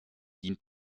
dient